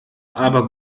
aber